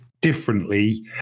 differently